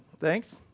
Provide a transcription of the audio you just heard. Thanks